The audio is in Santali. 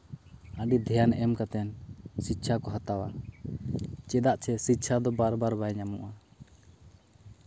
ᱟᱹᱰᱤ ᱫᱷᱮᱭᱟᱱ ᱮᱢ ᱠᱟᱛᱮᱫ ᱥᱤᱠᱠᱷᱟ ᱠᱚ ᱦᱟᱛᱟᱣᱟ ᱪᱮᱫᱟᱜ ᱪᱮ ᱥᱤᱠᱠᱷᱟ ᱫᱚ ᱵᱟᱨ ᱵᱟᱨ ᱵᱟᱭ ᱧᱟᱢᱚᱜᱼᱟ